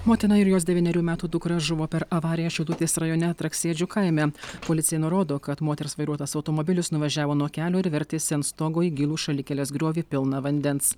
motina ir jos devynerių metų dukra žuvo per avariją šilutės rajone traksėdžių kaime policija nurodo kad moters vairuotas automobilis nuvažiavo nuo kelio ir vertėsi ant stogo į gilų šalikelės griovį pilną vandens